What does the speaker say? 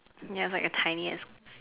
ya it's like a tiny ass